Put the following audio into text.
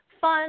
fun